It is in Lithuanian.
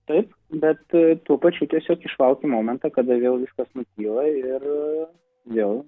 taip bet tuo pačiu tiesiog išlauki momentą kada vėl viskas nutyla ir jau